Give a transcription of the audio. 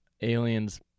aliens